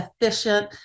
efficient